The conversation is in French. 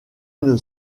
une